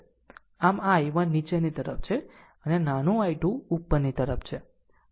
આમ આ I1 નીચેની તરફ છે અને આ નાનું I2 ઉપરની તરફ છે